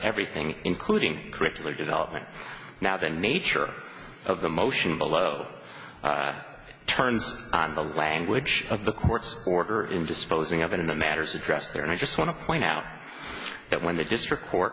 everything including curricular development now the nature of the motion below turns on the language of the court's order and disposing of it in the matters addressed there and i just want to point out that when the district court